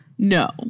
No